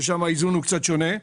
ששם האיזון הוא קצת שונה.